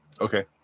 Okay